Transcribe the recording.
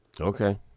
Okay